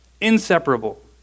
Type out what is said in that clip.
inseparable